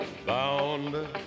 Bound